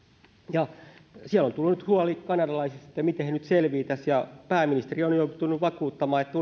ja siellä on tullut nyt huoli kanadalaisista että miten he selviävät ja pääministeri on on joutunut vakuuttamaan että